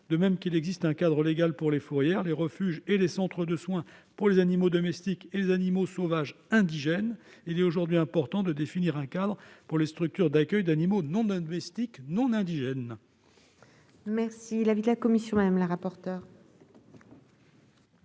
De même qu'il existe un cadre légal pour les fourrières, les refuges et les centres de soins pour les animaux domestiques et les animaux sauvages indigènes, il est important d'en définir un pour les structures d'accueil d'animaux non domestiques non indigènes. Quel est l'avis de la commission ? Il me